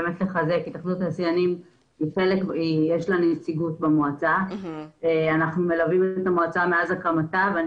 שאנשים נבחרים כשיש להם קשר למוסד או שהם מוינו המוסד או שהם